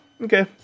Okay